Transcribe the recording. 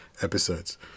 episodes